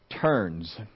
turns